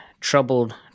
Troubled